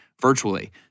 virtually